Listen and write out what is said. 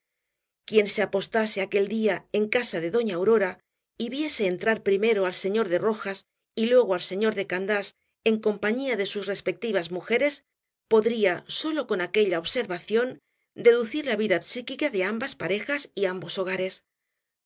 quien se apostase aquel día en casa de doña aurora y viese entrar primero al señor de rojas y luego al señor de candás en compañía de sus respectivas mujeres podría sólo con aquella observación deducir la vida psíquica de ambas parejas y ambos hogares